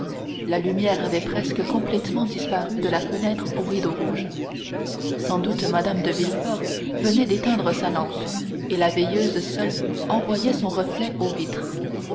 la lumière avait presque complètement disparu de la fenêtre aux rideaux rouges sans doute mme de villefort venait d'éteindre sa lampe et la veilleuse seule envoyait son reflet aux vitres